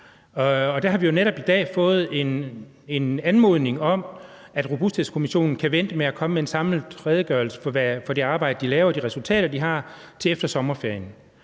Og der har vi jo netop i dag fået en anmodning om, at Robusthedskommissionen kan vente med at komme med en samlet redegørelse for det arbejde, de laver, og de resultater, de har, til efter sommerferien.